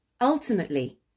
Ultimately